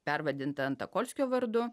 pervadinta antokolskio vardu